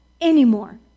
anymore